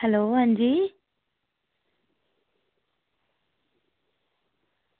hello अंजी